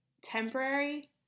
temporary